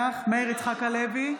מאיר יצחק הלוי,